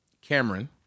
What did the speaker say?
Cameron